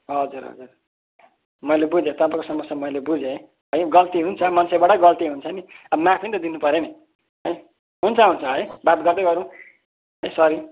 हजुर हजुर मैले बुझेँ तपाईँको समस्या मैले बुझेँ है गल्ती हुन्छ मान्छेबाटै गल्ती हुन्छ नि अब माफि नि त दिनुपऱ्यो नि है हुन्छ हुन्छ है बात गर्दै गरौँ ए सरी